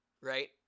Right